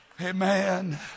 Amen